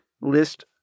list